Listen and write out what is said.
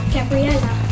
Gabriella